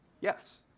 Yes